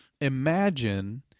Imagine